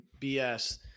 BS